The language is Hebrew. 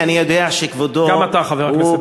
גם אתה, חבר הכנסת